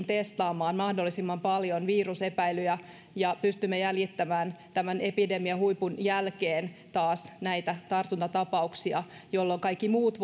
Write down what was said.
testaamaan mahdollisimman paljon virusepäilyjä ja pystymme jäljittämään tämän epidemian huipun jälkeen taas tartuntatapauksia jolloin kaikki muut